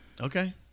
Okay